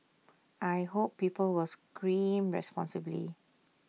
I hope people will scream responsibly